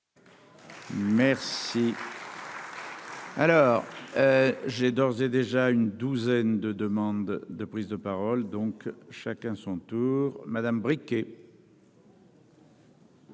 courage. Alors. J'ai d'ores et déjà une douzaine de demandes de prise de parole donc, chacun son tour Madame Bricq et.